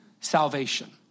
salvation